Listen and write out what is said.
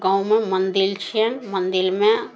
गाँवमे मन्दिर छिअनि मन्दिरमे